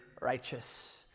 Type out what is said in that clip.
righteous